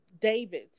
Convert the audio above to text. David